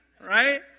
Right